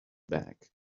back